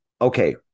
Okay